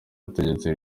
butegetsi